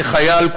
כחייל,